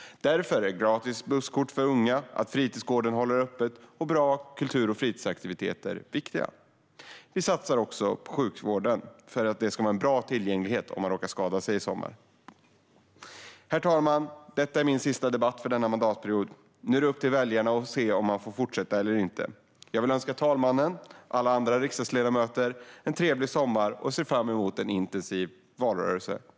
Därför är det viktigt med gratis busskort för unga, att fritidsgården håller öppet och att det finns bra kultur och fritidsaktiviteter. Vi satsar också på sjukvården för att den ska ha bra tillgänglighet om man råkar skada sig i sommar. Herr talman! Detta är min sista debatt för mandatperioden. Nu är det upp till väljarna om jag får fortsätta eller inte. Jag vill önska herr talmannen och alla riksdagsledamöter en trevlig sommar och ser fram emot en intensiv valrörelse.